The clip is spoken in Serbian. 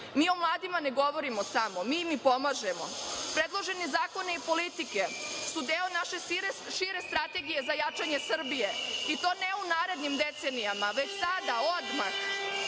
Mi o mladima ne govorimo samo. Mi im i pomažemo. Predloženi zakoni i politike su deo naše šire strategije za jačanje Srbije, i to ne u narednim decenijama, već sada, odmah.